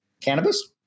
cannabis